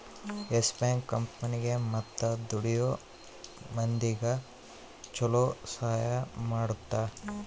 S Bank ಕಂಪನಿಗೇ ಮತ್ತ ದುಡಿಯೋ ಮಂದಿಗ ಚೊಲೊ ಸಹಾಯ ಮಾಡುತ್ತ